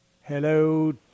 hello